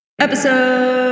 Episode